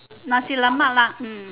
nasi-lemak lah hmm